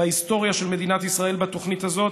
בהיסטוריה של מדינת ישראל בתוכנית הזאת.